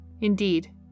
Indeed